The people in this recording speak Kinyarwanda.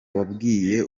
wabwiye